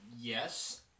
yes